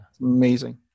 Amazing